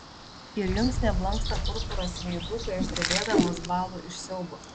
ir jums neblanksta purpuras veidų kai aš drebėdamas bąlu iš siaubo